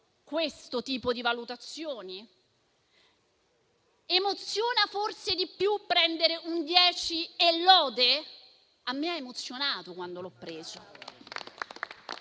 questo tipo di valutazioni? Emoziona forse di più prendere un 10 e lode? A me ha emozionato quando l'ho preso.